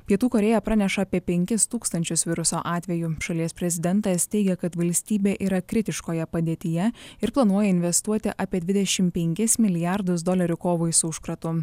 pietų korėja praneša apie penkis tūkstančius viruso atvejų šalies prezidentas teigė kad valstybė yra kritiškoje padėtyje ir planuoja investuoti apie dvidešim penkis milijardus dolerių kovai su užkratu